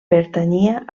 pertanyia